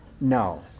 No